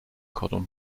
cordon